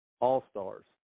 All-stars